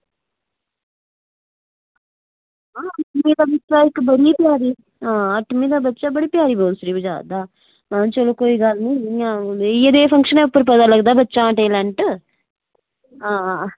आं इक्क निक्का बच्चा बड़ी प्यारी बांसुरी बजा दा हा आं ते एह् जेह् फंक्शन च पता चलदा बच्चे दा टैलेंट आं